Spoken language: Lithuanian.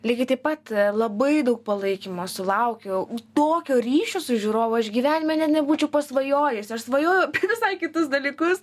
lygiai taip pat labai daug palaikymo sulaukiau tokio ryšio su žiūrovu aš gyvenime net nebūčiau pasvajojusi aš svajoju apie visai kitus dalykus